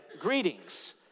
greetings